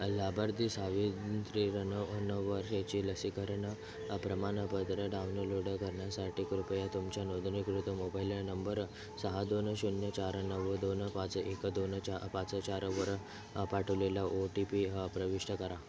लाभार्थी सावंत्रि नव नऊ वर्षेची लसीकरण प्रमाणपत्र डाउनलोड करण्यासाठी कृपया तुमच्या नोंदणीकृत मोबाईल नंबर सहा दोन शून्य चार नऊ दोन पाच एक दोन चार पाच चारवर पाठवलेला ओ टी पी प्रविष्ट करा